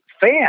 fan